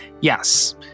Yes